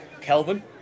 Kelvin